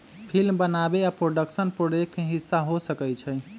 film बनाबे आ production project के हिस्सा हो सकइ छइ